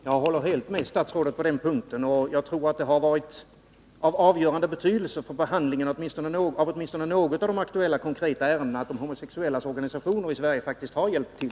Herr talman! Jag håller helt med statsrådet på den punkten. Jag tror också att det har varit av avgörande betydelse för behandlingen av åtminstone något av de aktuella, konkreta ärendena att de homosexuellas organisationer i Sverige faktiskt har hjälpt till.